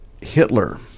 Hitler